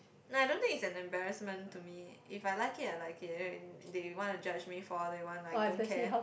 no I don't think it's an embarrassment to me if I like it I like it they wanna judge me for all they want I don't care